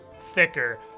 thicker